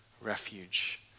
refuge